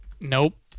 Nope